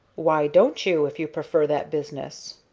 why don't you, if you prefer that business?